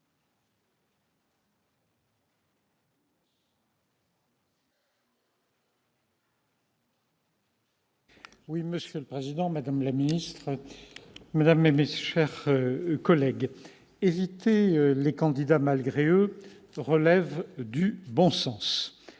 Monsieur le président, madame la ministre, mes chers collègues, éviter les « candidats malgré eux » relève du bon sens.